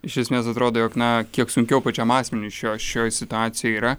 iš esmės atrodo jog na kiek sunkiau pačiam asmeniui šio šioj situacijoj yra